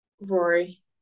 Rory